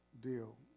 deal